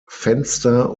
fenster